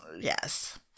Yes